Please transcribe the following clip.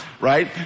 right